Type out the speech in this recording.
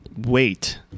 wait